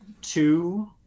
two